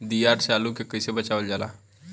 दियार से आलू के कइसे बचावल जाला?